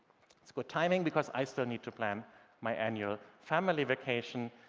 it's good timing because i still need to plan my annual family vacation,